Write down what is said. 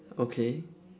okay